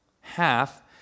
half